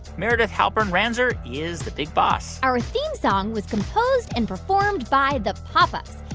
meredith halpern-ranzer is the big boss our theme song was composed and performed by the pop ups.